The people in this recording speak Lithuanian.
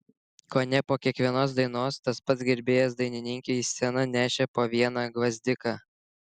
kone po kiekvienos dainos tas pats gerbėjas dainininkei į sceną nešė po vieną gvazdiką